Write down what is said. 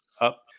up